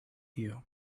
you